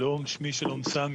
שלום ליושב ראש,